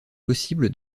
possible